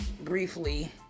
briefly